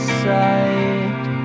side